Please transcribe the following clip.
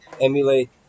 emulate